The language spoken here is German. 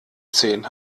zehn